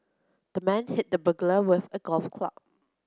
the man hit the burglar with a golf club